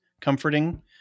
comforting